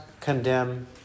condemn